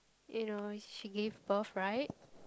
you know she gave birth right